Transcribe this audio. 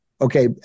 Okay